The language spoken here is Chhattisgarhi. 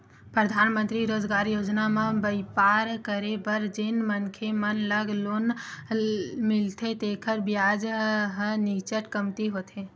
परधानमंतरी रोजगार योजना म बइपार करे बर जेन मनखे मन ल लोन मिलथे तेखर बियाज ह नीचट कमती होथे